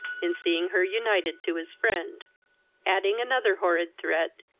in seeing her united to his friend adding another horrid threat,